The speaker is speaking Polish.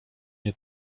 nie